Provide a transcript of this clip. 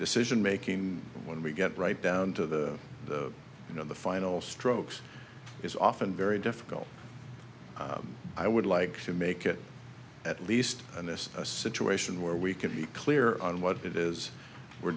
decision making when we get right down to the you know the final strokes is often very difficult i would like to make it at least in this a situation where we can be clear on what it is we're